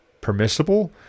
permissible